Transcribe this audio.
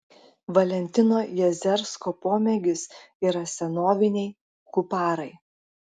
valentino jazersko pomėgis yra senoviniai kuparai